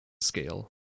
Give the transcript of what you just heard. scale